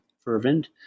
fervent